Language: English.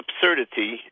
absurdity